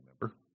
member